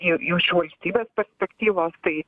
į jau iš valstybės perspektyvos tai